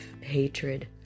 hatred